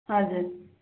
हजुर